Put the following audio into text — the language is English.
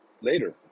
later